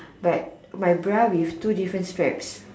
but my bra with two different straps